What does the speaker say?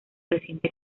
reciente